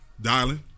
Dialing